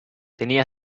tenía